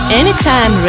anytime